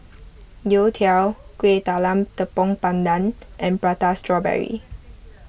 Youtiao Kueh Talam Tepong Pandan and Prata Strawberry